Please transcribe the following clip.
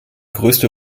größte